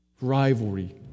Rivalry